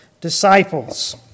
disciples